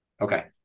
Okay